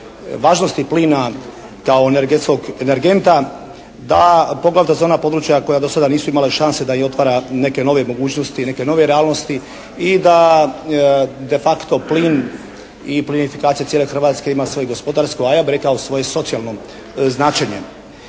važnosti plina kao energetskog energenta, ta poglavito za ona područja koja do sada nisu imala šanse da i otvara neke nove mogućnosti i neke nove realnosti i da «de facto» plin i plinifikacija cijele Hrvatske ima svoje gospodarsko a ja bih rekao svoje socijalno značenje.